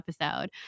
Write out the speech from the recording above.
episode